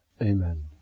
Amen